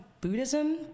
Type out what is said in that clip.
Buddhism